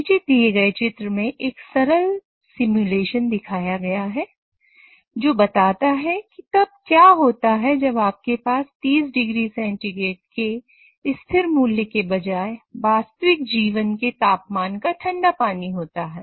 नीचे दिए गए चित्र में एक सरल सिमुलेशन दिखाया गया है जो बताता है कि तब क्या होता है जब आपके पास 30oC के स्थिर मूल्य के बजाय वास्तविक जीवन के तापमान का ठंडा पानी होता है